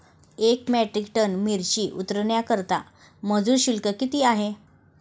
एक metric ton मिरची उतरवण्याकरता मजूर शुल्क किती आहे?